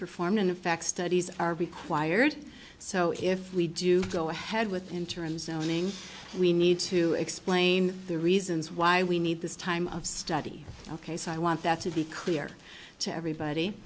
performed in effect studies are required so if we do go ahead with interim zoning we need to explain the reasons why we need this time of study ok so i want that to be clear to